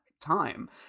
time